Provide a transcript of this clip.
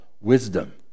wisdom